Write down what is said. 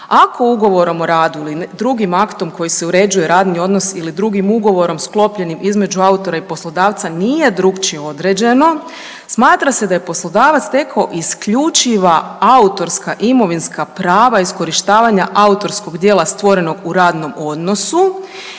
„Ako ugovorom o radu ili drugim aktom kojim se uređuje radni odnos ili drugim ugovorom sklopljenim između autora i poslodavca nije drukčije određeno smatra se da je poslodavac stekao isključiva autorska imovinska prava iskorištavanja autorskog djela stvorenog u radnom odnosu.